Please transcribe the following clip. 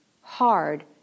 hard